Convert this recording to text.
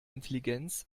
intelligenz